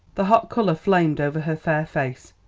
the hot colour flamed over her fair face,